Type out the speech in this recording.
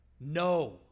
No